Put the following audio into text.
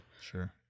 sure